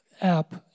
app